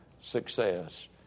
success